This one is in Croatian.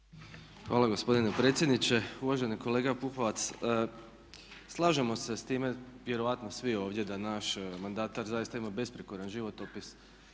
Hvala gospodine predsjedniče. Uvaženi kolega Pupovac slažemo se s time vjerojatno svi ovdje da naš mandatar zaista ima besprijekoran životopis